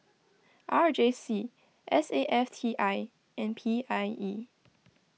R J C S A F T I and P I E